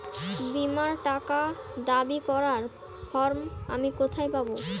বীমার টাকা দাবি করার ফর্ম আমি কোথায় পাব?